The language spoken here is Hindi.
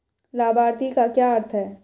लाभार्थी का क्या अर्थ है?